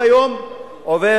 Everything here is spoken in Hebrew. הוא היום עובר,